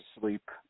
sleep